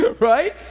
right